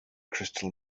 crystal